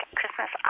Christmas